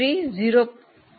525 અને 0